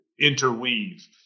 interweave